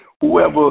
whoever